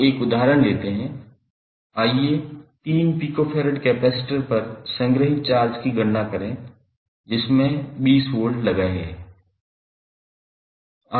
अब 1 उदाहरण लेते हैं आइए 3 pF कैपेसिटर पर संग्रहीत चार्ज की गणना करें जिसमें 20 वोल्ट लगाए गए